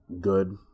good